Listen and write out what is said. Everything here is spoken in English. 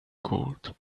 gold